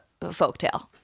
folktale